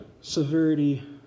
severity